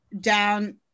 down